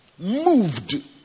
Moved